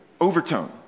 overtone